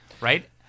right